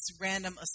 random